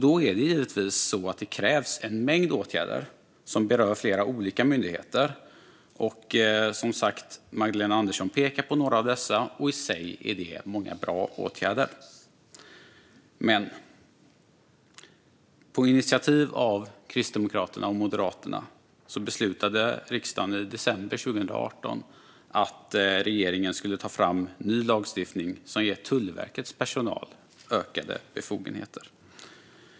Då krävs det givetvis en mängd åtgärder som berör flera olika myndigheter. Magdalena Andersson pekar som sagt på några av dessa, och i sig är det bra åtgärder. Det var dock på Kristdemokraternas och Moderaternas initiativ som riksdagen i december 2018 beslutade att regeringen skulle ta fram ny lagstiftning som ger Tullverkets personal ökade befogenheter.